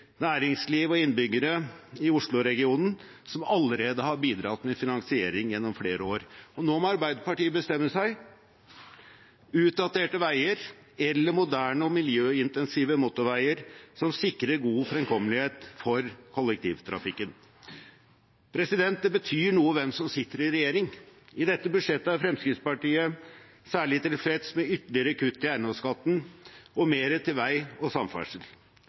næringsliv og innbyggere i Oslo-regionen som allerede har bidratt med finansiering gjennom flere år. Nå må Arbeiderpartiet bestemme seg: utdaterte veier eller moderne og miljøintensive motorveier som sikrer god fremkommelighet for kollektivtrafikken. Det betyr noe hvem som sitter i regjering. I dette budsjettet er Fremskrittspartiet særlig tilfreds med ytterligere kutt i eiendomsskatten og mer til vei og samferdsel.